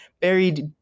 buried